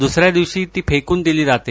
दुसऱ्या दिवशी राखी फेकून दिली जाते